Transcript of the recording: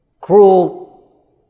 cruel